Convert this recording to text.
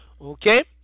Okay